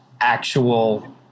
actual